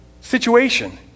situation